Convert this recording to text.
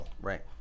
right